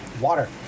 water